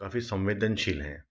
काफ़ी संवेदनशील है